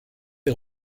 est